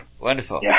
Wonderful